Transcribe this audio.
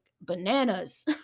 bananas